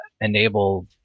Enable